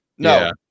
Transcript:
No